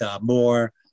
more